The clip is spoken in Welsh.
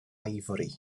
ifori